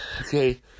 okay